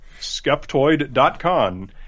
skeptoid.com